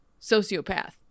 sociopath